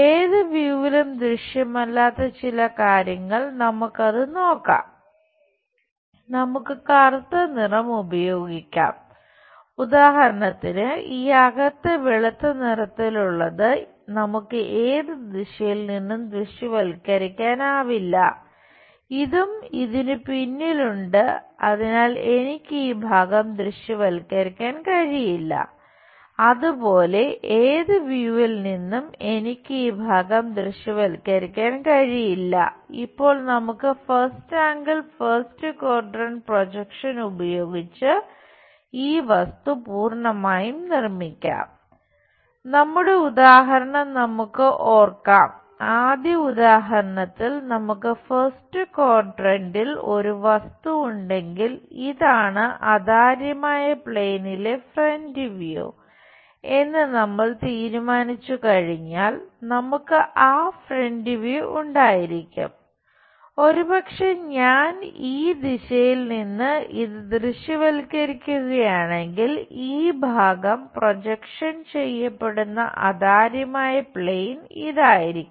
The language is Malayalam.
ഏത് വ്യൂവിലും പ്രൊജക്ഷൻ ഉപയോഗിച്ച് ഈ വസ്തു പൂർണമായും നിർമ്മിക്കാം നമ്മുടെ ഉദാഹരണം നമുക്ക് ഓർമിക്കാം ആദ്യ ഉദാഹരണത്തിൽ നമുക്ക് ഫസ്റ്റ് ക്വാഡ്രന്റിൽ ലഭിക്കും